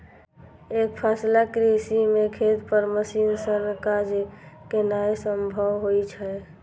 एकफसला कृषि मे खेत पर मशीन सं काज केनाय संभव होइ छै